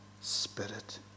spirit